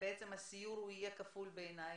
בעצם הסיור יהיה כפול בעיני,